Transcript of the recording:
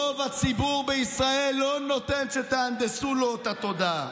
רוב הציבור בישראל לא נותן שתהנדסו לו את התודעה.